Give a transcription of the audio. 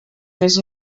més